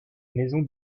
maison